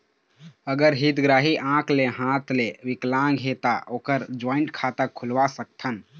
अगर हितग्राही आंख ले हाथ ले विकलांग हे ता ओकर जॉइंट खाता खुलवा सकथन?